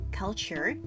culture